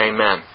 Amen